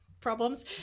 problems